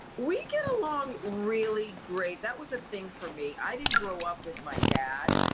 we get along really great, that was the thing for me, i didn't grow up with my dad,